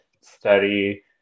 study